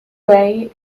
way